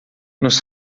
nos